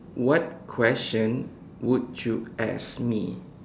what question would you ask me